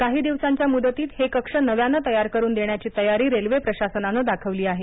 काही दिवसांच्या मुदतीत हे कक्ष नव्यानं तयार करून देण्याची तयारी रेल्वे प्रशासनानं दाखवली आहे